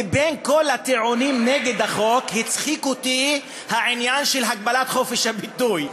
מבין כל הטיעונים נגד החוק הצחיק אותי העניין של הגבלת חופש הביטוי.